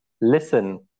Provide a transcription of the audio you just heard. listen